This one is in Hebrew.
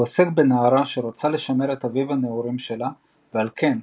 הוא עוסק בנערה שרוצה לשמר את אביב הנעורים שלה ועל כן,